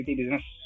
business